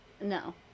No